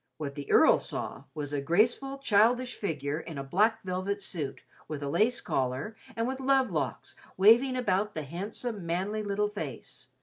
what the earl saw was a graceful, childish figure in a black velvet suit, with a lace collar, and with love-locks waving about the handsome, manly little face,